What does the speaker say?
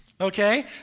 Okay